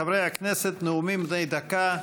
חברי הכנסת, נאומים בני דקה.